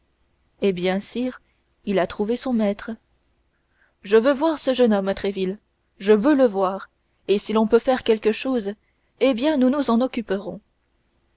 eh bien sire il a trouvé son maître je veux voir ce jeune homme tréville je veux le voir et si l'on peut faire quelque chose eh bien nous nous en occuperons